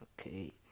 Okay